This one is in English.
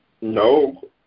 no